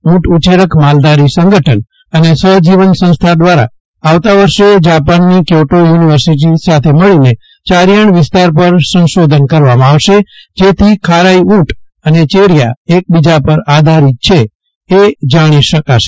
ઊટ ઉછેરક માલધારી સંગઠન અને સફજીવન સંસ્થા દ્વારા આવતા વર્ષે જાપાનની ક્વોટો યુનિવર્સીટી સાથે મળીને ચરિયાણ વિસ્તાર પર સંશોધન કરવામાં આવશે જેથી ખારાઈ ઊટ અને ચેરિયા એક બીજા પર આધારિત છે એ જાણી શકાશે